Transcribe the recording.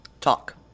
Talk